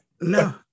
No